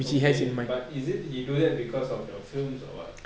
okay but is it he do that because of your films or what